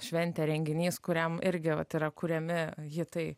šventė renginys kuriam irgi vat yra kuriami hitai